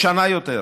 לשנה יותר.